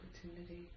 opportunity